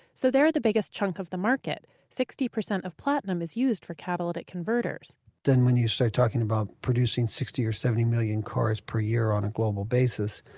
so they're the biggest chunk of the market sixty percent of platinum is used for catalytic converters then when you start talking about producing sixty or seventy million cars per year on a global basis,